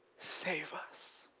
save us.